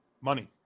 Money